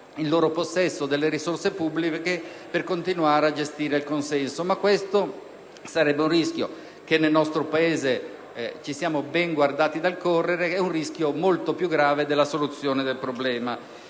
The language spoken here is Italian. un rischio molto più grave della soluzione del problema.